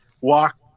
walk